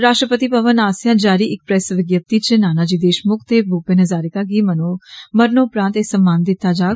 राश्ट्रपति भवन आस्सेआ जारी इक प्रेस वज्ञप्ति च नानाजी देषमुख ते भुपेन हजारिका गी मरनोपरांत एह सम्मान दिता जाग